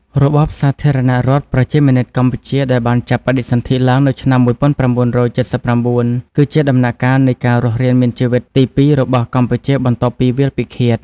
របបសាធារណរដ្ឋប្រជាមានិតកម្ពុជា ដែលបានចាប់បដិសន្ធិឡើងនៅឆ្នាំ ១៩៧៩ គឺជាដំណាក់កាលនៃការរស់រានមានជីវិតទីពីររបស់កម្ពុជាបន្ទាប់ពីវាលពិឃាត។